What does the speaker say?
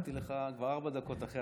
נתתי לך כבר ארבע דקות אחרי.